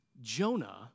Jonah